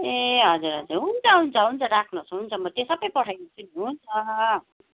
ए हजुर हजुर हुन्छ हुन्छ हुन्छ राख्नुहोस् हुन्छ म त्यो सबै पठाइदिन्छु नि हुन्छ